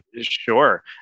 sure